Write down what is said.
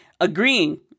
agreeing